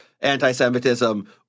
anti-Semitism